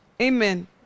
amen